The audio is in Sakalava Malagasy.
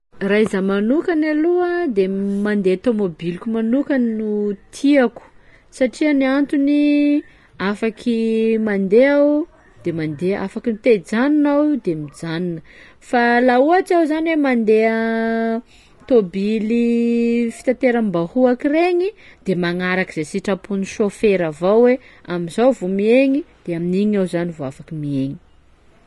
Raha izaho manokany aloha de m- mandeha tômôbiliko manokany no tiako satria ny antony afaky mandeha aho de mandeha, afaky ny te hijanona aho de mijanona fa laha ohatsy aho zany hoe mandeha tômbily fitateram-bahoaka regny de magnaraka zay sitrapon'ny saofera avao hoe am'izao vao miegny de amin'igny aho zany vao afaky miegny.